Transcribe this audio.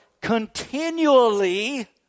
continually